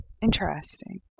Interesting